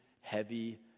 heavy